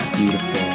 beautiful